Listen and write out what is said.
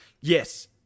yes